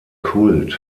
kult